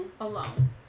alone